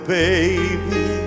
baby